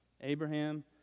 Abraham